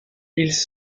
ils